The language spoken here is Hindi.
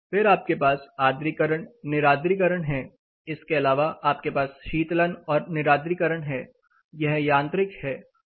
फिर आपके पास आर्द्रीकरण निरार्द्रीकरण है इसके अलावा आपके पास शीतलन और निरार्द्रीकरण है यह यांत्रिक है